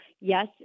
yes